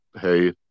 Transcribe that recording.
hey